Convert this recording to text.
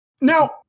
Now